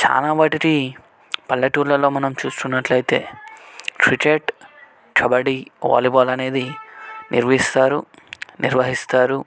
చాలా వాటికి పల్లెటూళ్ళలో మనం చూసుకున్నట్లయితే క్రికెట్ కబడ్డీ వాలీబాల్ అనేది నిర్వహిస్తారు నిర్వహిస్తారు